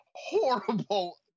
horrible